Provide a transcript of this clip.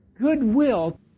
goodwill